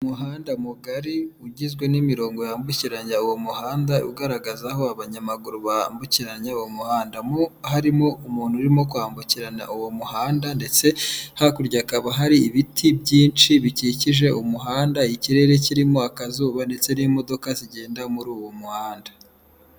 Umuhanda mugari ugizwe n'imirongo yambukiranya uwo muhanda ugaragaza aho abanyamaguru bambukiranya uwo umuhanda, mo harimo umuntu urimo kwambukirana uwo muhanda ndetse hakurya hakaba hari ibiti byinshi bikikije umuhanda, ikirere kirimo akazuba ndetse n'imodoka zigenda muri uwo muhanda.